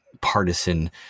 partisan